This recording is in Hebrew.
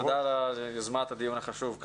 תודה על יוזמת הדיון החשוב.